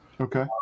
okay